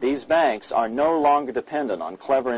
these banks are no longer dependent on clever